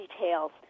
details